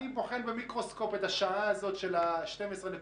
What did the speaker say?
אני בוחן במיקרוסקופ את השעה הזאת של 12.7,